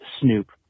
snoop